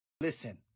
Listen